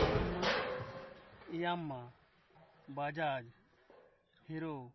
Yamaha Yamaha Bajaj hero